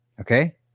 Okay